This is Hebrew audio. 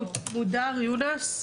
מודר יונאס.